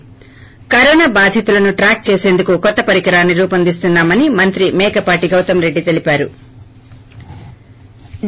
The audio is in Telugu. ి కరోనా బాధితులను ట్రాక్ చేసేందుకు కొత్త పరికరాన్ని రూపొందిస్తున్నా మని మంత్రి మేకపాటి గౌతమ్రెడ్డి తెలిపారు